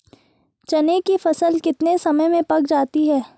चने की फसल कितने समय में पक जाती है?